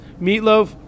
Meatloaf